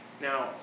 Now